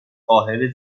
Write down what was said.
قاهره